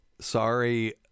sorry